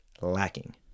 lacking